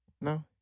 no